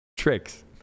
Tricks